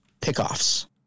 pickoffs